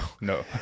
No